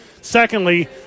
Secondly